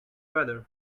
weather